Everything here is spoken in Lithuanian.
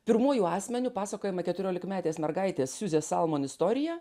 pirmuoju asmeniu pasakojama keturiolikmetės mergaitės siuzės salmon istorija